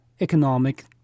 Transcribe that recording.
Economic